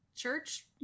church